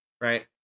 right